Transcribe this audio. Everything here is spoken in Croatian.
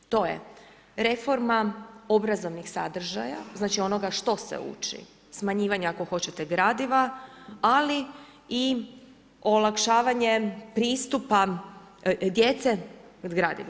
To je reforma obrazovnih sadržaja, znači onoga što se uči, smanjivanje ako hoćete gradiva ali i olakšavanje pristupa djece gradivu.